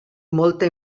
molta